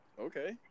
Okay